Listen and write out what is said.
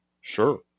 Sure